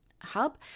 hub